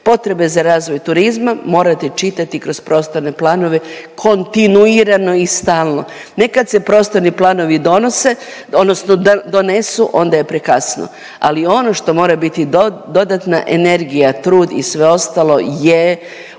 Potrebe za razvoj turizma morate čitati kroz prostorne planove, kontinuirano i stalno, ne kad se prostorni planovi donose odnosno donesu, onda je prekasno, ali ono što mora biti dodatna energija, trud i sve ostalo je